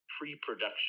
pre-production